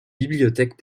bibliothèques